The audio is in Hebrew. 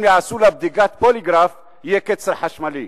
אם יעשו לה בדיקת פוליגרף, יהיה קצר חשמלי.